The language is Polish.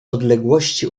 odległości